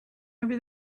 over